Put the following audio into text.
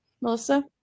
melissa